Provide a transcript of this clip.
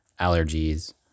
allergies